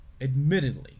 admittedly